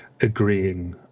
agreeing